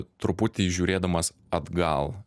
truputį žiūrėdamas atgal